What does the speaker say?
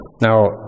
now